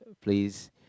please